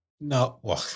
No